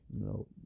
no